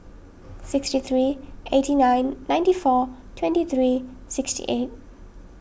sixty three eighty nine ninety four twenty three sixty eight